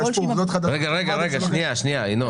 במקרה שלנו אדם לא רצח אדם אחד ולא רצח אחר כך בן אדם אחר.